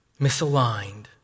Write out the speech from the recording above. misaligned